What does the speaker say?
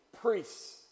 priests